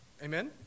amen